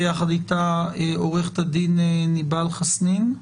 ויחד איתה עורכת הדין ניבאל חסנין.